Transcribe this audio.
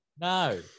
no